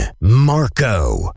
Marco